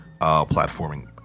platforming